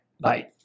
Bye